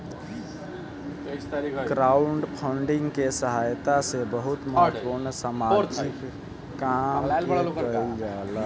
crowdfunding के सहायता से बहुत महत्वपूर्ण सामाजिक काम के कईल जाला